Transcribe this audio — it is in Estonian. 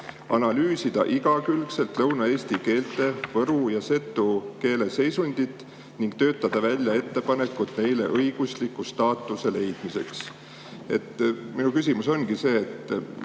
analüüsida igakülgselt lõunaeesti keelte, võru ja setu keele seisundit ning töötada välja ettepanekud neile õigusliku staatuse leidmiseks. Minu küsimus ongi selle